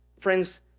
Friends